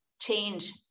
change